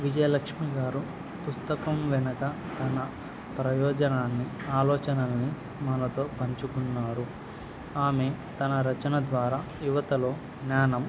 విజయలక్ష్మి గారు పుస్తకం వెనుక తన ప్రయోజనాన్ని ఆలోచనల్ని మనతో పంచుకున్నారు ఆమె తన రచన ద్వారా యువతలో జ్ఞానం